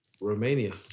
Romania